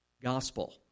gospel